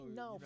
no